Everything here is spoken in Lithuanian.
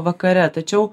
vakare tačiau